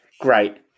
Great